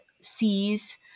sees